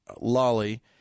Lolly